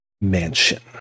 mansion